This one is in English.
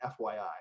FYI